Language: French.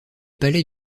palais